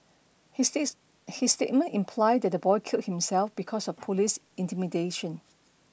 he says his statement imply that the boy killed himself because of police intimidation